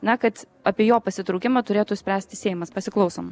na kad apie jo pasitraukimą turėtų spręsti seimas pasiklausom